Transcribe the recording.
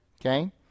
Okay